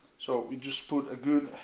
so we just put a good